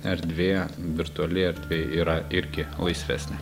erdvėje virtuali erdvė yra irgi laisvesnė